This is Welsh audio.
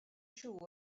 siŵr